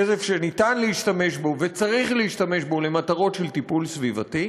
כסף שאפשר להשתמש בו וצריך להשתמש בו למטרות של טיפול סביבתי.